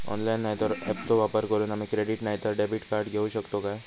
Online नाय तर ऍपचो वापर करून आम्ही क्रेडिट नाय तर डेबिट कार्ड घेऊ शकतो का?